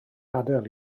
adael